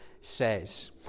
says